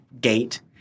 gate